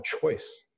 choice